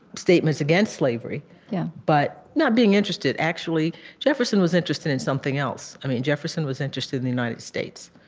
statements against slavery yeah but not being interested actually jefferson was interested in something else. i mean, jefferson was interested in the united states.